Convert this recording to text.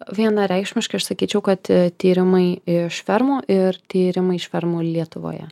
vienareikšmiškai aš sakyčiau kad tyrimai iš fermų ir tyrimai iš fermų lietuvoje